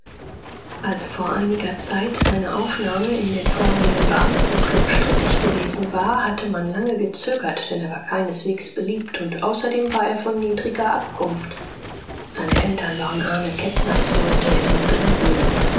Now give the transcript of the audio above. als vor einiger zeit seine aufnahme in den vornehmen beamtenklub strittig gewesen war hatte man lange gezögert denn er war keineswegs beliebt und außerdem war er von niedriger abkunft seine eltern waren arme kätnersleute in dombühl